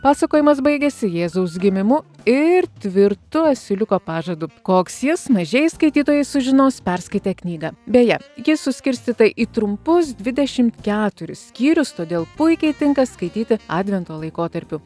pasakojimas baigiasi jėzaus gimimu ir tvirtu asiliuko pažadu koks jis mažieji skaitytojai sužinos perskaitę knygą beje ji suskirstyta į trumpus dvidešimt keturis skyrius todėl puikiai tinka skaityti advento laikotarpiu